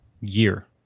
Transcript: year